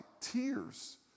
tears